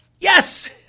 Yes